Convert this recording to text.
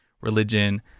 religion